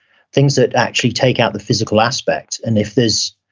things that actually take out the physical aspect, and if there's,